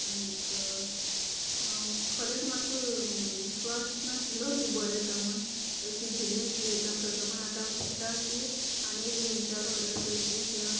आनीक हांव खरेंच म्हाका विश्वास नाशिल्लो की बरें येता म्हण चितिल्लें की रिटर्न करता पूण आता हांव चित्ता की आनीक एक दोन चार ऑर्डर करचें किंवां